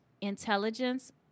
intelligence